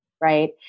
right